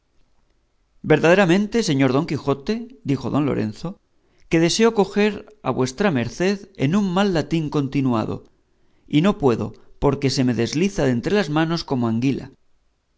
verdaderamente señor don quijote dijo don lorenzo que deseo coger a vuestra merced en un mal latín continuado y no puedo porque se me desliza de entre las manos como anguila